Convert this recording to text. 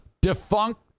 defunct